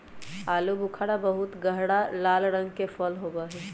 आलू बुखारा बहुत गहरा लाल रंग के फल होबा हई